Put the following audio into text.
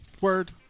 Word